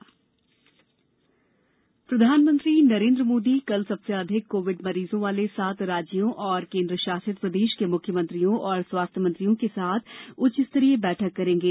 देश कोरोना प्रधानमंत्री प्रधानमंत्री नरेन्द्र मोदी कल सबसे अधिक कोविड मरीजों वाले सात राज्यों और केन्द्रशासित प्रदेश के मुख्यमंत्रियों और स्वास्थ्य मंत्रियों के साथ उच्चस्तरीय बैठक करेंगे